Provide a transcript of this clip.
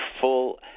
full